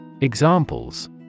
Examples